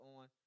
on